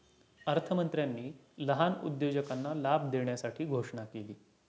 अर्थमंत्र्यांनी लहान उद्योजकांना लाभ देण्यासाठी घोषणा केली